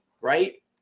right